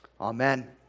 Amen